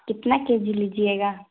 کتنا K G لیجیے گا